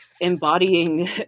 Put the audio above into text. embodying